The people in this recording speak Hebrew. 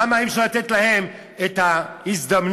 למה אי-אפשר לתת להם את ההזדמנות